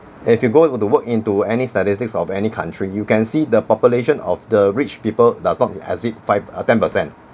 if you go into work into any statistics of any country you can see the population of the rich people does not exceed five uh ten percent